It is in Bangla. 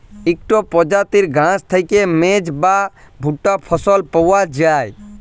ইকট পরজাতির ঘাঁস থ্যাইকে মেজ বা ভুট্টা ফসল পাউয়া যায়